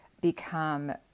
become